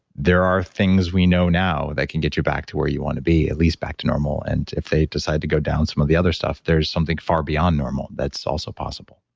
there are things we know now that can get you back to where you want to be, at least back to normal. and if they decide to go down some of the other stuff, there's something far beyond normal that's also possible.